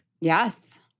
Yes